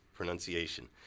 pronunciation